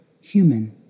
human